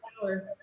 power